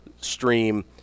stream